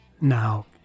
Now